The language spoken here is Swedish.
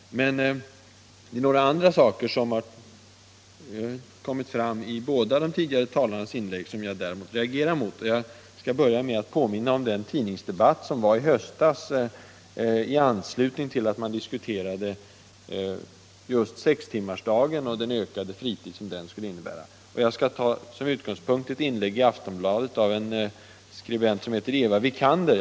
Men det är några andra saker i de båda tidigare talarnas inlägg som jag reagerar mot. Låt mig påminna om en tidningsdebatt i höstas om sextimmarsdagen och den ökade fritid som den skulle innebära. Som utgångspunkt skall jag ta ett inlägg i Aftonbladet av en skribent som heter Eva Wikander.